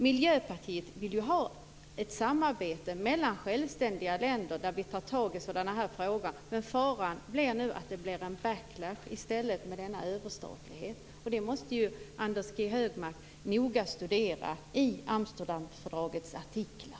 Miljöpartiet vill ha ett samarbete mellan självständiga länder där vi tar tag i sådana här frågor, men faran är nu att det i stället blir en backlash med denna överstatlighet. Det måste Anders G Högmark noga studera i Amsterdamfördragets artiklar.